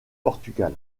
portugal